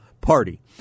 Party